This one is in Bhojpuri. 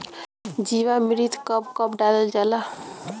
जीवामृत कब कब डालल जाला?